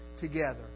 together